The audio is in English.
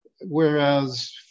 Whereas